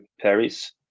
Paris